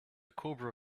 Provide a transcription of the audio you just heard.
cobra